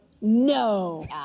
No